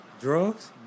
Drugs